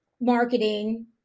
marketing